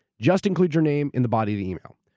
just include your name in the body of the email.